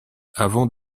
avant